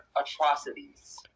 atrocities